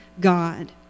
God